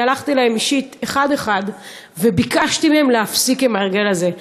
אני הלכתי אליהם אישית אחד-אחד וביקשתי מהם להפסיק עם ההרגל הזה.